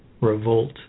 revolt